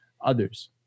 others